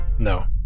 no